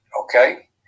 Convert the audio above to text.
Okay